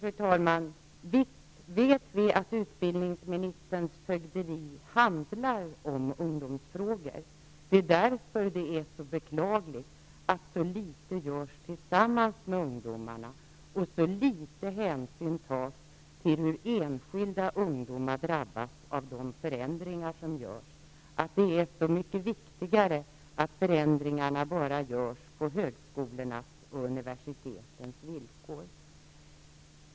Fru talman! Visst vet vi att utbildningsministerns fögderi gäller ungdomsfrågor. Det är därför det är så beklagligt att så litet görs tillsammans med ungdomarna och att så liten hänsyn tas till hur enskilda ungdomar drabbas av de förändringar som görs och att det är så mycket viktigare att förändringarna enbart görs på högskolornas och universitetens villkor.